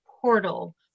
portal